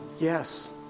Yes